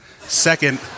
Second